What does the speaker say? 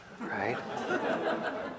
right